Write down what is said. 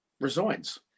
resigns